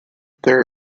there